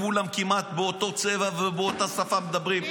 כמעט כולם באותו צבע, ובאותה שפה מדברים.